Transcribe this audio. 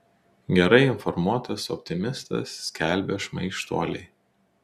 gerai informuotas optimistas skelbia šmaikštuoliai